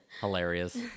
Hilarious